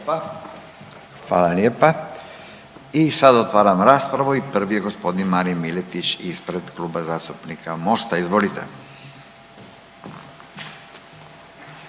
Hvala lijepa. I sad otvaram raspravu i prvi je g. Marin Miletić ispred Kluba zastupnika Mosta. Izvolite.